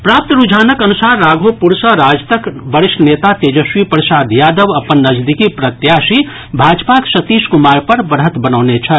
प्राप्त रूझानक अनुसार राघोपुर सॅ राजदक वरिष्ठ नेता तेजस्वी प्रसाद यादव अपन नजदीकी प्रत्याशी भाजपाक सतीश कुमार पर बढ़त बनौने छथि